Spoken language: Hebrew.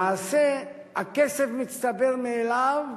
למעשה הכסף מצטבר מאליו,